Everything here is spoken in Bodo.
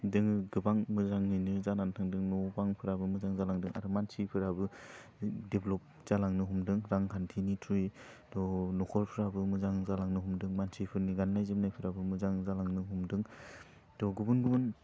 दोङो गोबां मोजाङैनो जानानै थांदों न' बांफ्राबो मोजां जालांदों आरो मानसिफ्राबो डेभ्लप जालांनो हमदों रां खान्थिनि थ्रुयै थह नखरफ्राबो मोजां जालांनो हमदों मानसिफोरनि गान्नाय जोमनायफ्राबो मोजां जालांनो हमदों थह गुबुन गुबुन